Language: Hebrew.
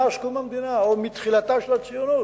מאז קום המדינה או מתחילתה של הציונות.